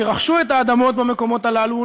שרכשו את האדמות במקומות הללו,